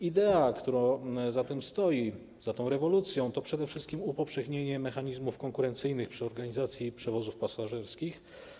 Idea, która za tym stoi, za tą rewolucją, to przede wszystkim upowszechnienie mechanizmów konkurencyjnych przy organizacji przewozów pasażerskich.